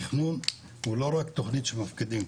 התכנון הוא לא רק תוכנית שמפקידים,